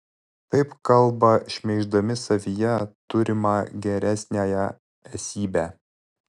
taip kalba šmeiždami savyje turimą geresniąją esybę